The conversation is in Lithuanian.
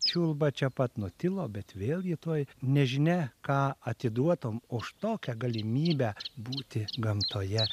čiulba čia pat nutilo bet vėl ji tuoj nežinia ką atiduotum už tokią galimybę būti gamtoje